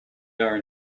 are